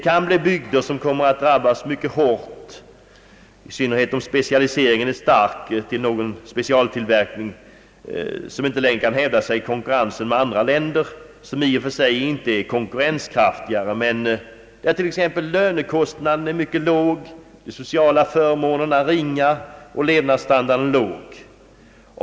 Vissa bygder kan komma att drabbas mycket hårt, i synnerhet om man där har en stark specialisering till någon tillverkning som inte längre kan hävda sig i konkurrensen med andra länder, vilka i och för sig inte är konkurrenskraftigare men där till exempel levnadskostnaden är mycket låg, de sociala förmånerna ringa och levnadsstandarden låg.